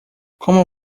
como